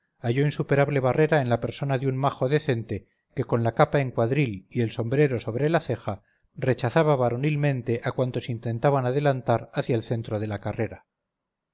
halló insuperable barrera en la persona de un majo decente que con la capa en cuadril y el sombrero sobre la ceja rechazaba varonilmente a cuantos intentaban adelantar hacia el centro de la carrera